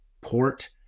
port